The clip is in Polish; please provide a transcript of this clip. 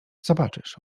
zobaczysz